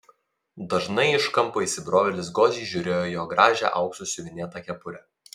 dažnai iš kampo įsibrovėlis godžiai žiūrėjo į jo gražią auksu siuvinėtą kepurę